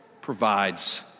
provides